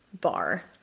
Bar